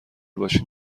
باشین